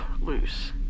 loose